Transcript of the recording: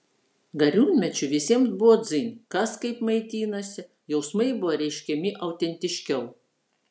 gariūnmečiu visiems buvo dzin kas kaip maitinasi jausmai buvo reiškiami autentiškiau